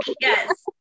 Yes